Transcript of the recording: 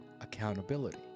accountability